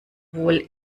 wohl